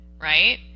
right